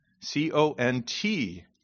C-O-N-T